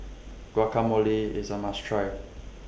Guacamole IS A must Try